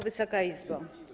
Wysoka Izbo!